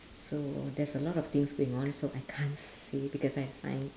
so there's a lot of things going on so I can't say because I sign